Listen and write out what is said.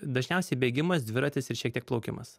dažniausiai bėgimas dviratis ir šiek tiek plaukimas